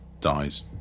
dies